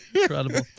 Incredible